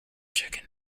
chicken